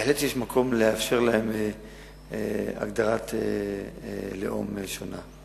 בהחלט יש מקום לאפשר להם הגדרת לאום שונה.